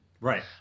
right